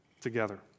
Together